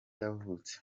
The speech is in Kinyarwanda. yavutse